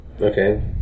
Okay